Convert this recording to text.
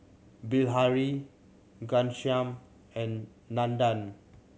Bilahari Ghanshyam and Nandan